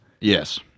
Yes